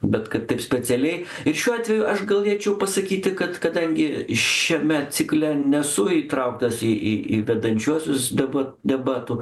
bet kad taip specialiai ir šiuo atveju aš galėčiau pasakyti kad kadangi šiame cikle nesu įtrauktas į į į vedančiuosius dabar debatų